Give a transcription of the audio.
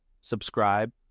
subscribe